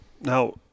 Now